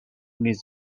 نیز